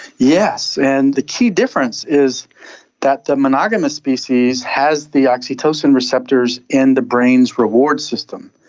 yes, and the key difference is that the monogamous species has the oxytocin receptors in the brain's reward system,